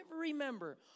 remember